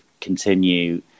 continue